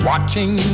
Watching